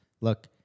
look